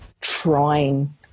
trying